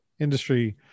industry